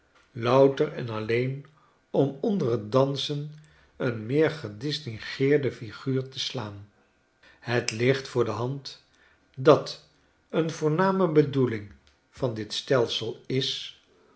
louter en alleen om onder t dansen een meergedistingeerdefiguurteslaan het ligt voor de hand dat een voorname bedoeling van dit stelsel is